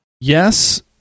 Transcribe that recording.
yes